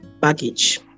baggage